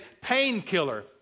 painkiller